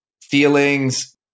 feelings